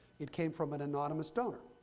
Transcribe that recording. it came from an anonymous donor.